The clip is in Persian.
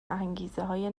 انگیزههای